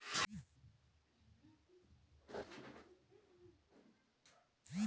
पौधन के विकास करल जाला जौन के दूसरा जलवायु में उगावे के रहला